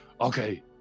Okay